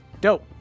Dope